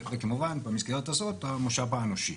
וכמובן במסגרת הזאת המשאב האנושי.